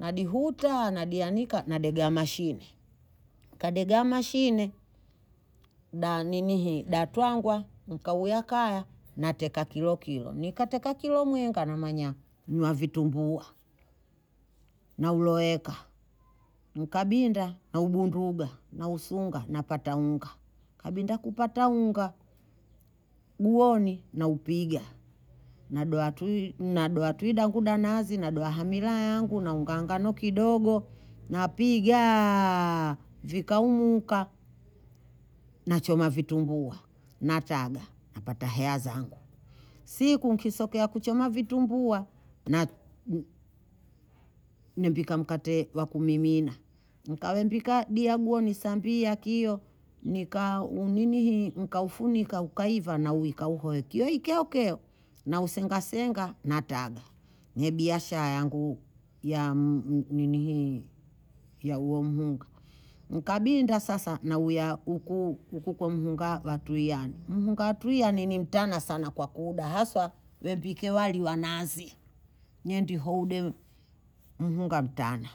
Nadihuta, nadiyanika, nadegea mashine. Nkadegea mashine, danihie datuangwa, mka uyakaya, nateka kilo kilo. Nikateka kilo mwenga na manyango. Ndiwa vitu mbuwa, na uloeka. Nkabinda, na ubunduga, na usunga, na pataunga. Kabinda kupataunga, guoni, na upigya. Nadoa tui- nadoa tui dangu danazi, nadoa hamila yangu, na ungangano kidogo. Napigyaaa vika umuka, na choma vitu mbuwa. Na taga, na pata heya zangu. Siku mkisoke ya kuchoma vitu mbuwa, na mbika mkate wakumimina. Mkawembika diya guo, nisambia kiyo. Nika nini hii nika ufu, nika ukaiva, na uweka uwekio. Ikeoke, na usenga senga, na taga. Nye biyasha yangu ya mninihi ya uomunga. Nkabinda sasa, na ukukumunga batuiani. Munga batuiani ni mtana sana kwa kuda. Haswa, webikewali wanazi. Nyendihode munga mtana.